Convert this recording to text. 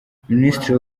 minisitiri